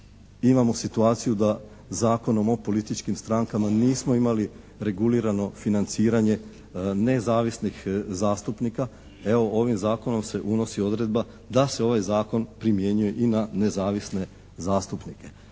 imamo situaciju da Zakonom o političkim strankama nismo imali regulirano financiranje nezavisnih zastupnika. Evo ovim zakonom se unosi odredba da se ovaj zakon primjenjuje i na nezavisne zastupnike.